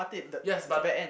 yes but the